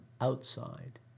outside